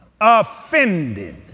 offended